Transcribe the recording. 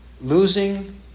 Losing